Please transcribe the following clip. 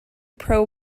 pro